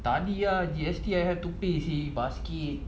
tali G_S_T I have to buy sia basket